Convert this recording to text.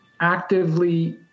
actively